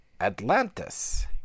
Atlantis